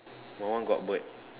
my one got bird